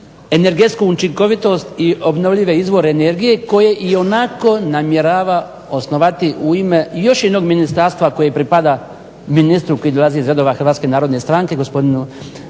energetsku učinkovitost i obnovljive izvore energije koje ionako namjerava osnova u ime još jednog ministarstva koje pripada ministru koji dolazi iz redova HNS gospodinu Vrdoljaku